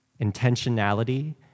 intentionality